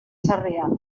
sarrià